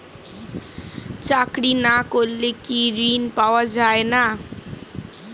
চাকরি না করলে কি ঋণ পাওয়া যায় না?